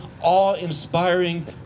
awe-inspiring